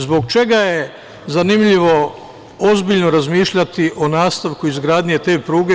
Zbog čega je zanimljivo ozbiljno razmišljati o nastavku izgradnje te pruge?